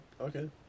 Okay